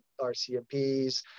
RCMPs